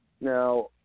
Now